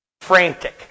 frantic